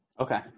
Okay